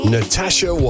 Natasha